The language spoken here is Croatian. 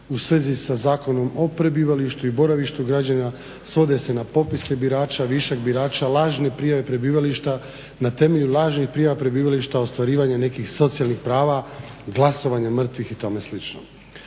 u svezi sa Zakon o prebivalištu i boravištu građana svode se na popise birača, višak birača, lažne prijave prebivališta, na temelju lažnih prijava prebivališta ostvarivanje nekih socijalnih prava, glasovanje mrtvih i tome slično.